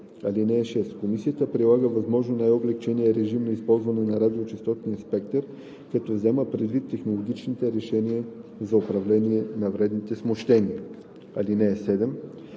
(6) Комисията прилага възможно най-облекчения режим на използване на радиочестотния спектър, като взема предвид технологичните решения за управление на вредните смущения. (7)